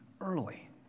early